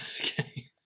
Okay